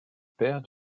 père